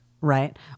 Right